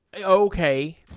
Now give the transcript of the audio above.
Okay